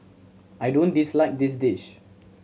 I don't dislike this dish